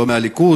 לא מהליכוד,